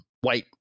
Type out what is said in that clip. white